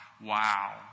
wow